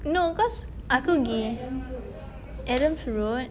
no cause aku pergi adam's road